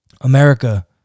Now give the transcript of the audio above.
America